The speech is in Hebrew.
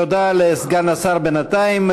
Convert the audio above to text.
תודה לסגן השר בינתיים.